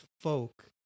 folk